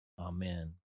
amen